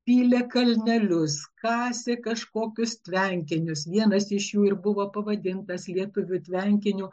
pylė kalnelius kasė kažkokius tvenkinius vienas iš jų ir buvo pavadintas lietuvių tvenkiniu